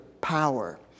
power